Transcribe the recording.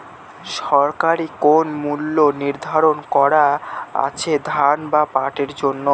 সরকারি কোন মূল্য নিধারন করা আছে ধান বা পাটের জন্য?